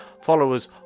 followers